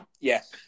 yes